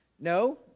No